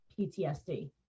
PTSD